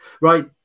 right